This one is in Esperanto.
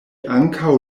ankaŭ